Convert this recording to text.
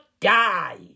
die